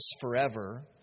forever